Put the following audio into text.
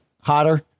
hotter